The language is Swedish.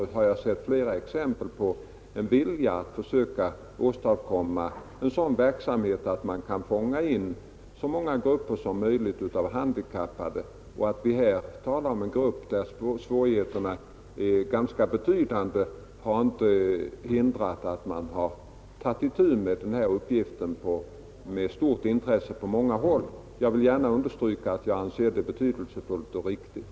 Tvärtom har jag sett flera exempel på vilja att försöka ordna verksamheten så att man kan få med så många grupper handikappade som möjligt. Att det gäller en grupp för vilken svårigheterna har varit och är ganska betydande har således inte hindrat att man tagit itu med uppgiften med stort intresse. Jag vill understryka att jag anser detta vara mycket betydelsefullt och riktigt.